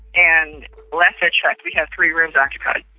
and last i checked, we had three rooms occupied.